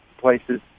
places